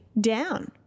down